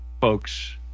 folks